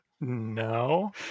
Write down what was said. No